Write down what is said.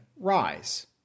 rise